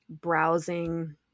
browsing